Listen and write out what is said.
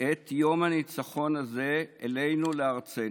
את יום הניצחון הזה אלינו, לארצנו.